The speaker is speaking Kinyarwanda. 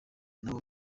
nabo